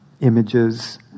images